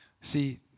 See